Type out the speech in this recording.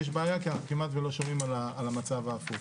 יש בעיה כי אנחנו כמעט ולא שומעים על המצב ההפוך.